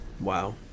Wow